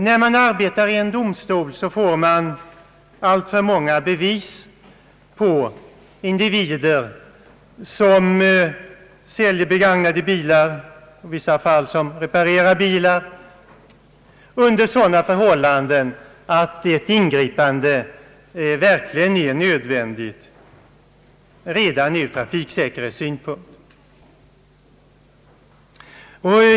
När man arbetar i en domstol ser man alltför många exempel på individer som säljer begagnade bilar — och i vissa fall reparerar bilar — under sådana förhållanden att ett ingripande verkligen är nödvändigt redan ur trafiksäkerhetssynpunkt.